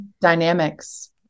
Dynamics